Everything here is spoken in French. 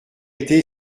été